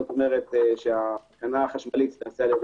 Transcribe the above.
כלומר שההתקנה החשמלית תיעשה על-ידי